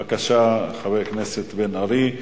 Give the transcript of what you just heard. בבקשה, חבר הכנסת בן-ארי.